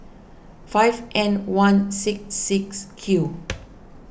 five N one C six Q